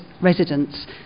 residents